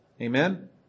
Amen